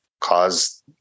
cause